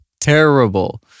terrible